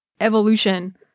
evolution